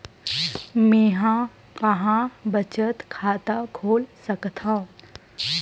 मेंहा कहां बचत खाता खोल सकथव?